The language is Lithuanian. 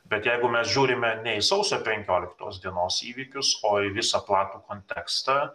bet jeigu mes žiūrime ne į sausio penkioliktos dienos įvykius o į visą platų kontekstą